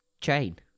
chain